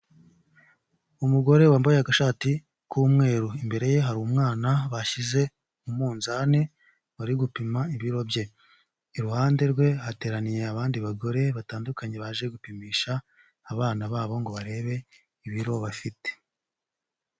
Umugore wambaye agashati k'umweru, imbere ye hari umwana bashyize mu munzani bari gupima ibiro bye, iruhande rwe hateraniye abandi bagore batandukanye baje gupimisha abana babo ngo barebe ibiro bafite.